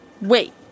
Wait